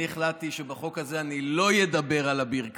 אני החלטתי שבחוק הזה אני לא אדבר על אביר קארה.